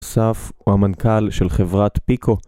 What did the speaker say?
אסף הוא המנכ״ל של חברת פיקו